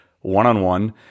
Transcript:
one-on-one